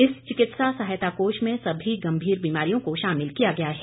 इस चिकित्सा सहातया कोष में सभी गंभीर बीमारियों को शामिल किया गया है